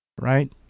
right